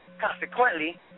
Consequently